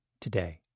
today